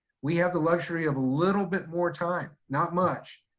we have the luxury of a little bit more time. not much,